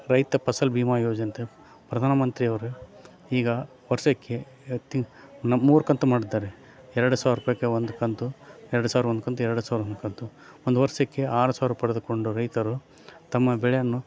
ರೈತ ಫಸಲ್ ಭೀಮಾ ಯೋಜನೆ ಅಂತೇಳಿ ಪ್ರಧಾನ ಮಂತ್ರಿಯವರ ಈಗ ವರ್ಷಕ್ಕೆ ತಿಂಗಳು ನಮ್ಮ ಮೂರು ಕಂತು ಮಾಡಿದ್ದಾರೆ ಎರಡು ಸಾವಿರ ರೂಪಾಯಿಗೆ ಒಂದು ಕಂತು ಎರಡು ಸಾವಿರ ಒಂದು ಕಂತು ಎರಡು ಸಾವಿರ ಒಂದು ಕಂತು ಒಂದು ವರ್ಷಕ್ಕೆ ಆರು ಸಾವುರ ಪಡೆದುಕೊಂಡು ರೈತರು ತಮ್ಮ ಬೆಳೆಯನ್ನು